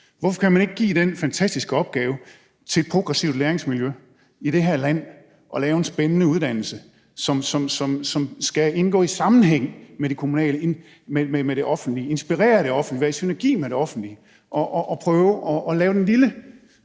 Hvorfor kan man ikke give den fantastiske opgave til et progressivt læringsmiljø i det her land at lave en spændende uddannelse, som skal indgå i sammenhæng med det kommunale, med det offentlige, inspirere det offentlige, være i synergi med det offentlige – og prøve at give det lille